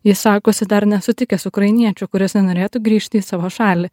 jis sakosi dar nesutikęs ukrainiečių kuris nenorėtų grįžti į savo šalį